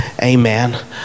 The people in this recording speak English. Amen